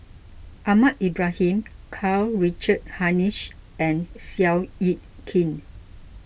Ahmad Ibrahim Karl Richard Hanitsch and Seow Yit Kin